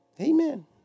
Amen